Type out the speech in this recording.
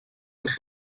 els